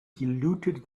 diluted